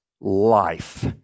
life